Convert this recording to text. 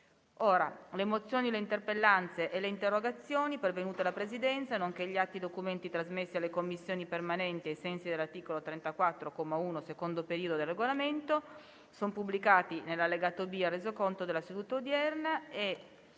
Le mozioni, le interpellanze e le interrogazioni pervenute alla Presidenza, nonché gli atti e i documenti trasmessi alle Commissioni permanenti ai sensi dell'articolo 34, comma 1, secondo periodo, del Regolamento sono pubblicati nell'allegato B al Resoconto della seduta odierna.